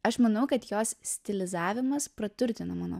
aš manau kad jos stilizavimas praturtina mano